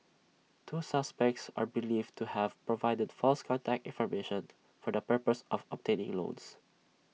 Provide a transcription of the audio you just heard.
two suspects are believed to have provided false contact information for the purpose of obtaining loans